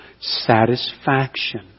satisfaction